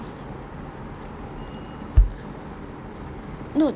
no